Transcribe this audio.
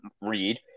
read